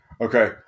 Okay